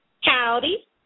Howdy